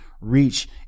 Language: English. reach